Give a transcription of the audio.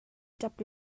ṭap